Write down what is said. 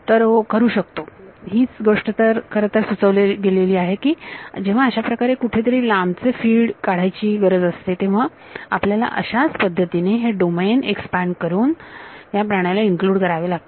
तर हो करू शकतो हीच गोष्ट खरतर सुचवली गेलेली आहे की जेव्हा अशाप्रकारे कुठेतरी लांबचे फिल्ड काढण्याची ची गरज असते तेव्हा आपल्याला अशाच पद्धतीने हे डोमेन एक्सपांड करून ह्या प्राण्याला इंक्लुड करावे लागते